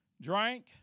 drank